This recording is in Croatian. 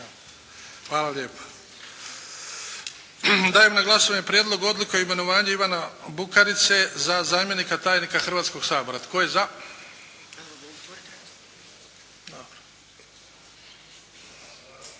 Hvala lijepa. Dajem na glasovanje Prijedlog odluke o imenovanju Ivana Bukarice za zamjenika tajnika Hrvatskoga sabora. Tko je za? Hvala